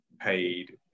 paid